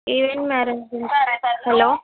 hello